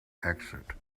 exit